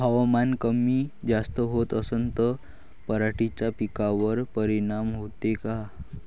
हवामान कमी जास्त होत असन त पराटीच्या पिकावर परिनाम होते का?